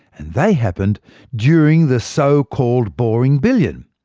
and they happened during the so-called boring billion.